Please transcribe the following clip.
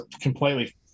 completely –